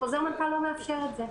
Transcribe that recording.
חוזר מנכ"ל לא מאפשר את זה.